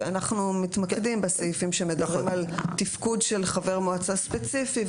אנחנו מתמקדים בסעיפים שמדברים על תפקוד של חבר מועצה ספציפי,